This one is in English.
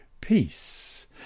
peace